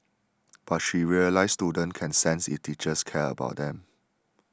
but she realised students can sense if teachers care about them